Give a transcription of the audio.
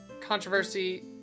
controversy